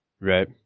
Right